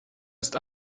ist